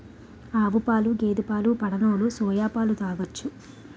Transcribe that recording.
ఆవుపాలు గేదె పాలు పడనోలు సోయా పాలు తాగొచ్చు